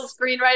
screenwriter